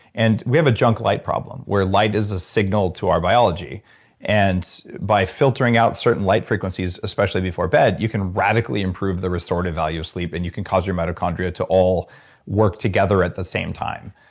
and we have a junk light problem where light is a signal to our biology and by filtering out certain light frequencies, especially before bed, you can radically improve the restorative value of sleep and you can cause your mitochondria to all work together at the same time.